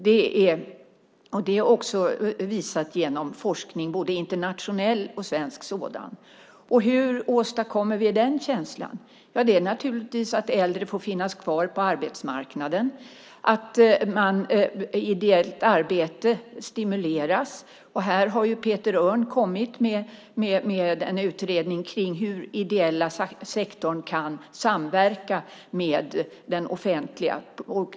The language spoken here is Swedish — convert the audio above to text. Det är också visat genom forskning, både internationell och svensk sådan. Hur åstadkommer vi den känslan? Det är naturligtvis genom att äldre får finnas kvar på arbetsmarknaden och att ideellt arbete stimuleras. Peter Örn har kommit med en utredning om hur den ideella sektorn kan samverka med den offentliga.